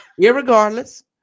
Irregardless